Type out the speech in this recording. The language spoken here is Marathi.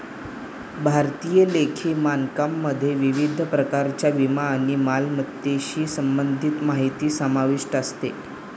भारतीय लेखा मानकमध्ये विविध प्रकारच्या विमा आणि मालमत्तेशी संबंधित माहिती समाविष्ट असते